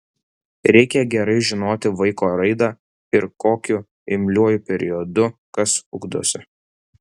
reikia gerai žinoti vaiko raidą ir kokiu imliuoju periodu kas ugdosi